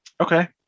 Okay